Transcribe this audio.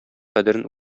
кадерен